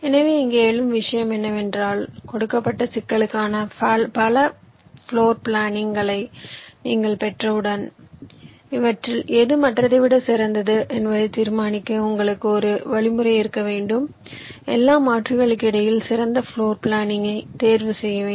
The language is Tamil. எனவே இங்கே எழும் விஷயம் என்னவென்றால் கொடுக்கப்பட்ட சிக்கலுக்கான பல பிளோர் பிளானிங்களை நீங்கள் பெற்றவுடன் இவற்றில் எது மற்றதை விட சிறந்தது என்பதை தீர்மானிக்க உங்களுக்கு ஒரு வழிமுறை இருக்க வேண்டும் எல்லா மாற்றுகளுக்கிடையில் சிறந்த பிளோர் பிளானிங்கை தேர்வு செய்ய வேண்டும்